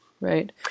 Right